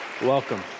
Welcome